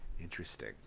Interesting